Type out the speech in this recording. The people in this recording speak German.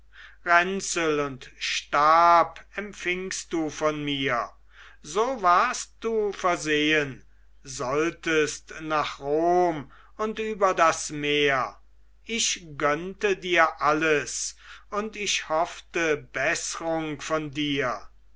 ränzel und stab empfingst du von mir so warst du versehen solltest nach rom und über das meer ich gönnte dir alles und ich hoffte beßrung von dir